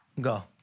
Go